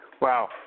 Wow